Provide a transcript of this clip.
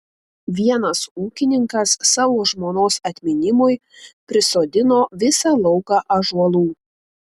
vienas ūkininkas savo žmonos atminimui prisodino visą lauką ąžuolų